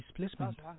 displacement